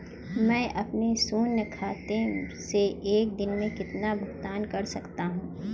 मैं अपने शून्य खाते से एक दिन में कितना भुगतान कर सकता हूँ?